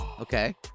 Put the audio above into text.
Okay